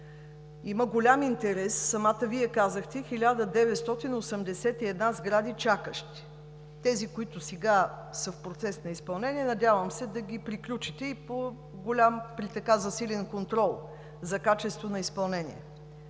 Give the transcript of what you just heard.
има голям интерес, самата Вие казахте – 1981 сгради, чакащи. Тези, които сега са в процес на изпълнение, надявам се да ги приключите при засилен контрол за качеството на изпълнение.